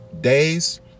days